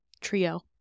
trio